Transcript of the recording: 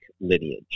lineage